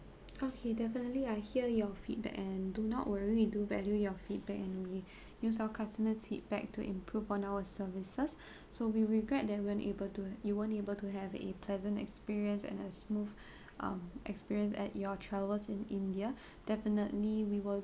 okay definitely I hear your feedback and do not worry we do value your feedback and we use our customer's feedback to improve on our services so we regret that weren't able to you weren't able to have a pleasant experience and a smooth um experience at your travels in india definitely we will